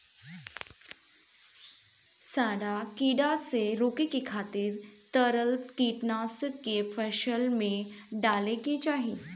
सांढा कीड़ा के रोके खातिर तरल कीटनाशक के फसल में डाले के चाही